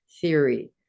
theory